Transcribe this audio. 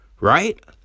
Right